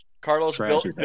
Carlos